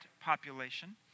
population